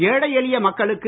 ஏழை எளிய மக்களுக்கு